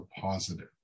positive